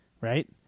right